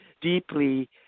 deeply